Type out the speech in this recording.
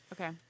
okay